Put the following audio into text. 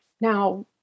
now